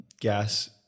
gas